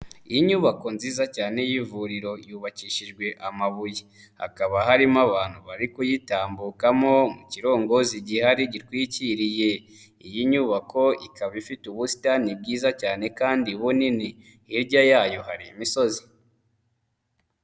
Inyubako nziza cyane y'ivuriro yubakishijwe amabuye. Hakaba harimo abantu bari kuyitambukamo mu kirongozi gihari gitwikiriye. Iyi nyubako ikaba ifite ubusitani bwiza cyane kandi bunini. Hirya yayo hari imisozi.